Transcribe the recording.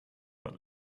but